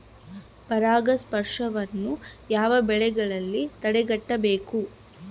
ಪರಾಗಸ್ಪರ್ಶವನ್ನು ಯಾವ ಬೆಳೆಗಳಲ್ಲಿ ತಡೆಗಟ್ಟಬೇಕು?